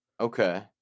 Okay